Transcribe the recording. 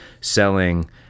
selling